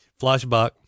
Flashback